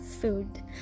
food